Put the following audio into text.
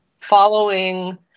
following